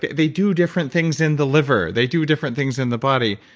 they do different things in the liver. they do different things in the body.